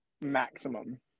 maximum